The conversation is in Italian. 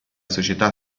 società